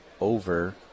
over